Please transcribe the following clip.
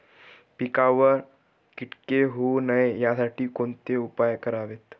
पिकावर किटके होऊ नयेत यासाठी कोणते उपाय करावेत?